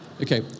Okay